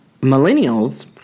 millennials